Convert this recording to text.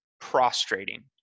prostrating